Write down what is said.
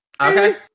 Okay